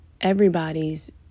everybody's